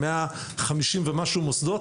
150 ומשהו מוסדות?